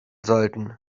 sollten